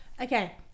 okay